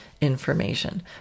information